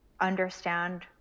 understand